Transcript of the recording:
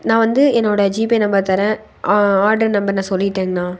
நான் வந்து என்னோட ஜிபே நம்பர் தரேன் ஆடர் நம்பர் நான் சொல்லிட்டேங்கண்ணா